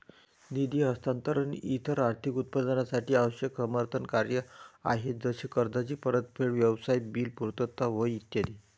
निधी हस्तांतरण इतर आर्थिक उत्पादनांसाठी आवश्यक समर्थन कार्य आहे जसे कर्जाची परतफेड, व्यवसाय बिल पुर्तता होय ई